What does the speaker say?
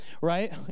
right